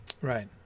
Right